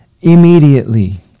immediately